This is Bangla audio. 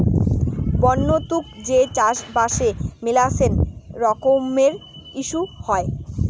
বন্য তুক যে চাষবাসে মেলাছেন রকমের ইস্যু হই